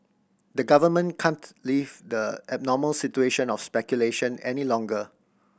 the government can't leave the abnormal situation of speculation any longer